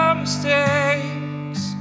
mistakes